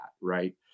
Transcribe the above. right